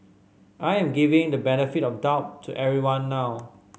I am giving the benefit of the doubt to everyone now